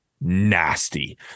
nasty